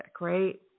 right